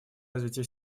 развитие